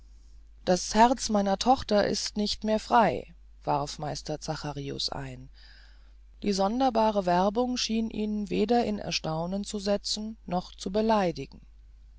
das herz meiner tochter ist nicht mehr frei warf meister zacharius ein die sonderbare werbung schien ihn weder in erstaunen zu setzen noch zu beleidigen